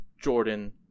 jordan